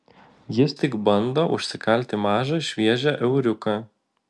jis tik bando užsikalti mažą šviežią euriuką